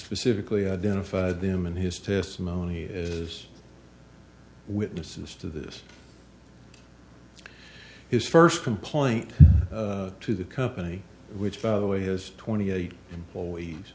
specifically identified them in his testimony is witnesses to this his first complaint to the company which by the way has twenty eight employees